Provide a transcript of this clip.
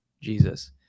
Jesus